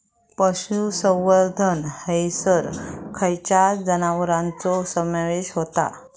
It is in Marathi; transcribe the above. पशुसंवर्धन हैसर खैयच्या जनावरांचो समावेश व्हता?